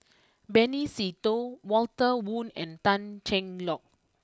Benny Se Teo Walter Woon and Tan Cheng Lock